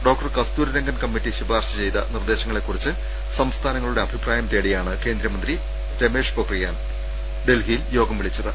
doctor Kasturi Rangan committee ശുപാർശ ചെയ്ത നിർദ്ദേശങ്ങളെകുറിച്ച് സംസ്ഥാ നങ്ങളുടെ അഭിപ്രായം തേടിയാണ് കേന്ദ്രമന്ത്രി രമേഷ് പൊക്രിയാൽ ഡൽഹിയിൽ യോഗം വിളിച്ചത്